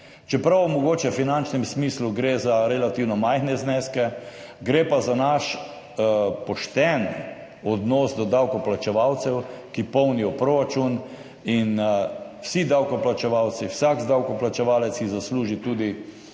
Čeprav gre mogoče v finančnem smislu za relativno majhne zneske, gre pa za naš pošten odnos do davkoplačevalcev, ki polnijo proračun, in vsi davkoplačevalci, vsak davkoplačevalec si zasluži tudi